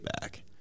back